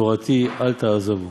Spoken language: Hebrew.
תורתי אל תעזבו'.